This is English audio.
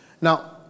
Now